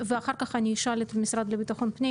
ואחר כך אני אשאל את המשרד לביטחון הפנים